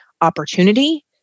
opportunity